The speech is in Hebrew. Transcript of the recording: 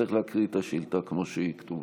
צריך להקריא את השאילתה כמו שהיא כתובה.